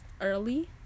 early